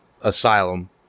Asylum